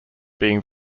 being